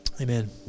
Amen